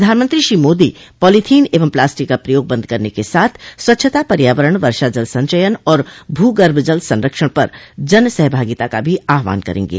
प्रधानमंत्री श्री मोदी पॉलीथिन एवं प्लास्टिक का प्रयोग बंद करने के साथ स्वच्छता पर्यावरण वर्षाजल संचयन और भूगर्भजल संरक्षण पर जनसहभागिता का भी आह्वान करेंगे